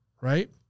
right